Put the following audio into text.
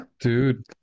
Dude